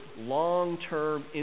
long-term